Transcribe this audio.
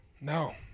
No